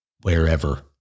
wherever